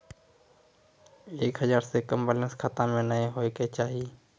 एक हजार से कम बैलेंस खाता मे नैय होय के चाही